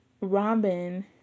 Robin